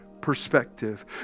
perspective